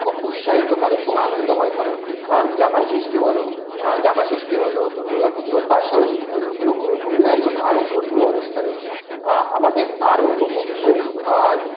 খুব উৎসাহিত করে এবং আনন্দময় করে জামাই ষষ্ঠী বলো জামাষষ্ঠী হলো দুর্গা পুজো বা সরস্বতী পুজো এরকমই অন্যান্য আরও ধর্মীয় অনুষ্ঠানে আমাদের আরো উপভোগ এবং